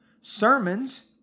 sermons